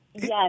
Yes